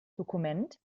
dokument